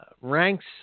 ranks